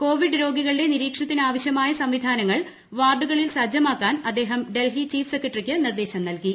Covid രോഗികളുടെ നിരീക്ഷണത്തിനാവശൃമായ സംവിധാനങ്ങൾ വാർഡുകളിൽ സജ്ജമാക്കാൻ അദ്ദേഹം ഡൽഹി ചീഫ് സെക്രട്ടറിക്ക് നിർദ്ദേശം നല്കി